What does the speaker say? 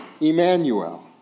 Emmanuel